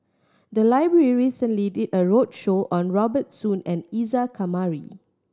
the library recently did a roadshow on Robert Soon and Isa Kamari